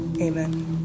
Amen